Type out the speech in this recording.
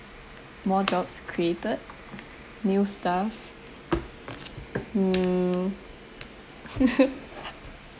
more jobs created new stuff mm